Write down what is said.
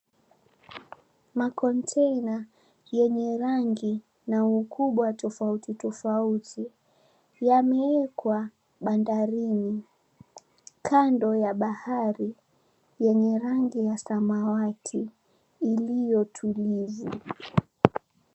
Makontena yenye rangi na ukubwa tofauti tofauti yameekwa bandarini, kando ya bahari yenye rangi ya samawati iliyotulivu.